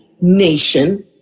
nation